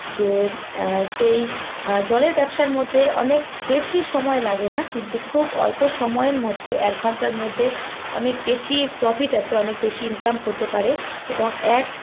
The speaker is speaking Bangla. যে সেই জলের ব্যবসার মধ্যে অনেক বেশি সময় লাগে না কিন্তু খুব অল্প সময়ের মধ্যে এক ঘন্টার মধ্যে অনেক বেশি প্রফিট আছে অনেক বেশি ইনকাম করতে পারে এবং এক